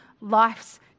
life's